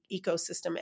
ecosystem